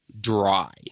dry